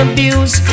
Abuse